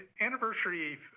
Anniversary